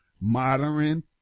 modern